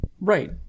Right